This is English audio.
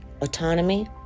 autonomy